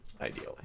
ideally